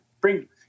bring